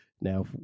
now